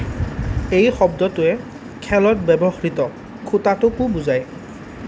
এই শব্দটোৱে খেলত ব্যৱহৃত খুঁটাটোকো বুজায়